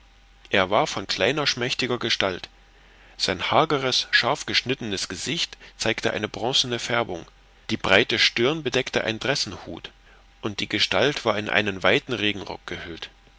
er war von kleiner schmächtiger gestalt sein hageres scharf geschnittenes gesicht zeigte eine bronzene färbung die breite stirn bedeckte ein dressenhut und die gestalt war in einen weiten regenrock gehüllt